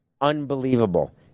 unbelievable